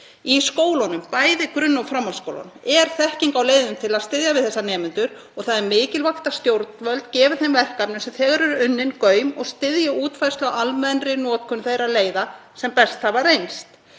Í skólunum, bæði grunn- og framhaldsskólum, er þekking á leiðum til að styðja við þessa nemendur. Það er mikilvægt að stjórnvöld gefi þeim verkefnum gaum sem þegar eru unnin og styðji útfærslu á almennri notkun þeirra leiða sem best hafa reynst.